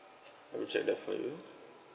let me check that for you